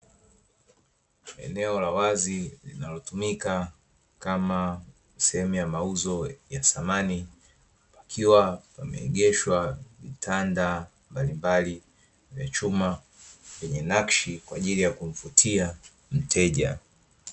Eneo la wazi linalotumika kama sehemu ya mauzo ya samani, pakiwa pameegeshwa vitanda mbalimbali vya chuma vyenye nakshi kwa ajili ya kumvutia mteja.